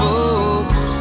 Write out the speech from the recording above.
Folks